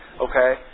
okay